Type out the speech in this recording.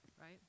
right